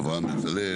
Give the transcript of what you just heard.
אברהם בצלאל,